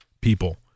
people